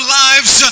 lives